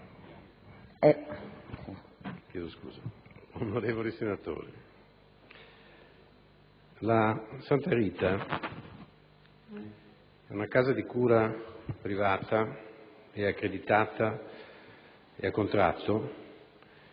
Santa Rita è una casa di cura privata, accreditata e a contratto,